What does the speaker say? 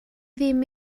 ddim